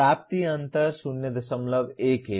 प्राप्ति अंतर 01 है